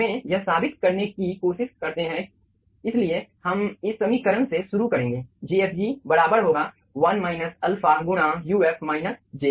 हमें यह साबित करने की कोशिश करते हैं इसलिए हम इस समीकरण से शुरू करेंगे jfg बराबर होगा 1 माइनस अल्फा गुणा uf माइनस j